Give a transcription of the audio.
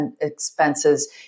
expenses